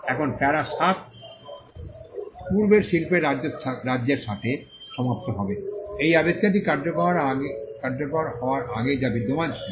এখন প্যারা 7 পূর্বের শিল্পের রাজ্যের সাথে সমাপ্ত হবে এই আবিষ্কারটি কার্যকর হওয়ার আগে যা বিদ্যমান ছিল